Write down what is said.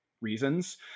reasons